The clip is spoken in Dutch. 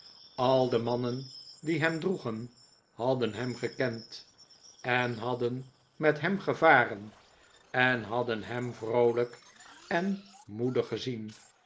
al de mannen die hem droegen hadden hem gekend en hadden met hem gevaren en hadden hem vroolijk en moedig gezien